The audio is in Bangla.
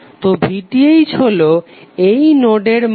তো VTh হলো এই নোডের মান